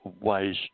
ways